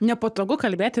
nepatogu kalbėti